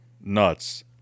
Nuts